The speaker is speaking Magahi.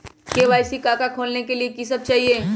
के.वाई.सी का का खोलने के लिए कि सब चाहिए?